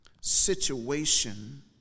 situation